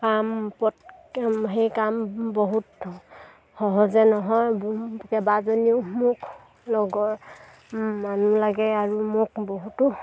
কাম পতকে সেই কাম বহুত সহজে নহয় কেইবাজনীও মোক লগৰ মানুহ লাগে আৰু মোক বহুতো